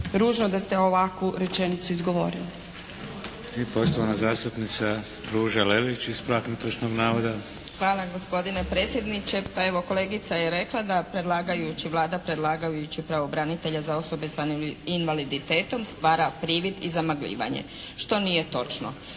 ružno da ste ovakvu rečenicu izgovorili.